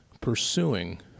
pursuing